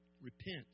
repent